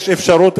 יש אפשרות,